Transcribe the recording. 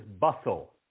bustle